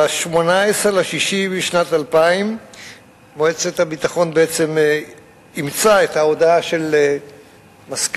ב-18 ביוני שנת 2000 אימצה מועצת הביטחון את ההודעה של מזכ"ל